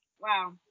Wow